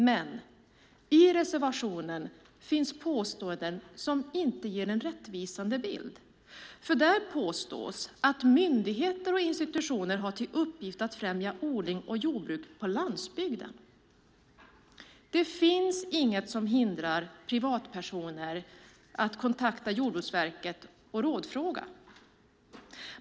Men i reservationen finns påståenden som inte ger en rättvisande bild, för där påstås att myndigheter och institutioner har till uppgift att främja odling och jordbruk på landsbygden. Det finns inget som hindrar privatpersoner att kontakta Jordbruksverket för att rådfråga.